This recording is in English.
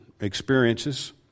experiences